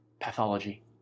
pathology